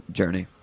journey